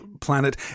planet